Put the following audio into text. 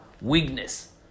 weakness